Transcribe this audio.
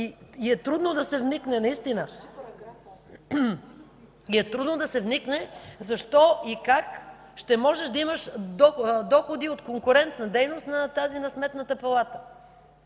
не разбирате и е наистина трудно да се вникне защо и как ще можеш да имаш доходи от конкурентна дейност на тази на Сметната палата.